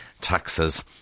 taxes